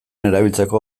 erabiltzeko